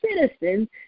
citizens